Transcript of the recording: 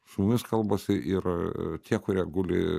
su mumis kalbasi ir tie kurie guli